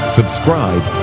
subscribe